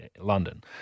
London